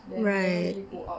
right